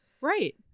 Right